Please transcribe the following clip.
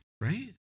right